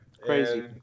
crazy